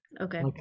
Okay